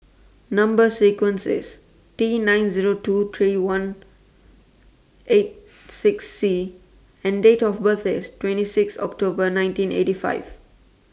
Number sequence IS T nine Zero two three one eight six C and Date of birth IS twenty six October nineteen eighty five